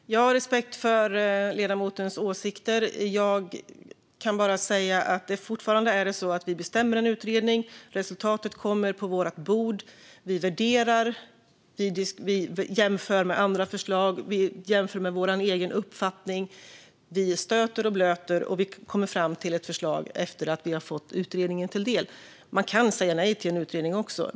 Fru talman! Jag har respekt för ledamotens åsikter. Det är fortfarande så att vi fattar beslut om en utredning, och så kommer resultatet på vårt bord och vi värderar och jämför med andra förslag och med vår egen uppfattning. Vi stöter och blöter och kommer fram till ett förslag efter att vi tagit del av utredningen. Man kan säga nej till en utredning också.